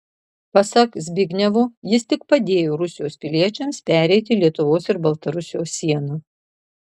pasak zbignevo jis tik padėjo rusijos piliečiams pereiti lietuvos ir baltarusijos sieną